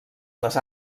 les